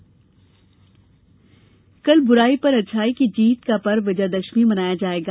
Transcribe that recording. विजयादशमी कल बुराई पर अच्छाई की जीत का पर्व विजयादशमी मनाया जायेगा